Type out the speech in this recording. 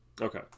Okay